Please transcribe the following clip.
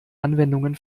anwendungen